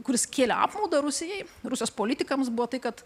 kuris kėlė apmaudą rusijai rusijos politikams buvo tai kad